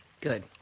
Good